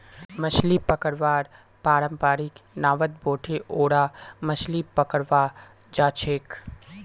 मछली पकड़वार पारंपरिक नावत बोठे ओरा मछली पकड़वा जाछेक